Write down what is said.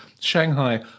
Shanghai